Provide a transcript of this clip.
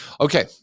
Okay